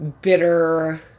bitter